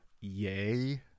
Yay